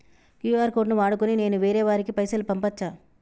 QR code ను వాడుకొని నేను వేరే వారికి పైసలు పంపచ్చా?